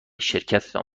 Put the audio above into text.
شرکتتان